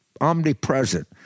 omnipresent